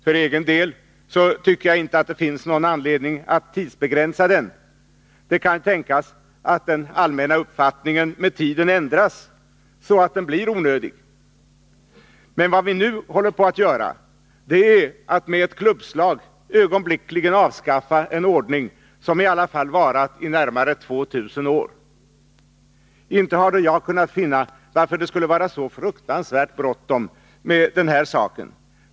För egen del tycker jag inte att det finns någon anledning till tidsbegränsning. Det kan tänkas att den allmänna uppfattningen med tiden ändras, så att klausulen blir onödig. Men vad vi nu håller på att göra är att med ett klubbslag ögonblickligen avskaffa en ordning som i alla fall har varat i närmare 2 000 år. Inte har då jag kunnat finna varför det skulle vara så fruktansvärt bråttom med den här saken.